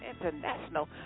International